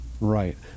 Right